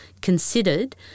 considered